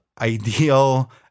ideal